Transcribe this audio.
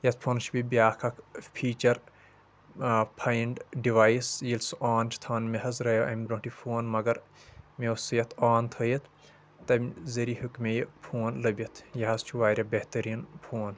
یتھ فونس چھُ بیٚیہِ بیٛاکھ اکھ فیٖچر فاینٛڈ ڈوایس ییٚلہِ سُہ آن چھِ تھاوان مےٚ حظ رایاو امہِ برٛونٛٹھ یہِ فون مگر مےٚ اوس یتھ آن تھٲیِتھ تمہِ ذٔریعہٕ ہیوٚک مےٚ یہِ فون لٔبِتھ یہِ حظ چھُ واریاہ بہتریٖن فون